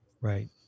Right